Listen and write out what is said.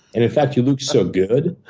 and in fact, he looks so good,